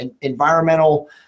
environmental